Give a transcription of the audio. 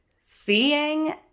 seeing